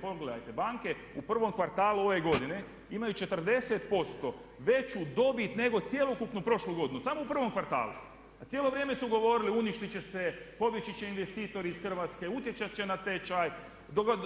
Pogledajte, banke u prvom kvartalu ove godine imaju 40% veću dobit nego cjelokupnu prošlu godinu samo u prvom kvartalu a cijelo vrijeme su govorili uništit će se, pobjeći će investitori iz Hrvatske, utjecat će na tečaj,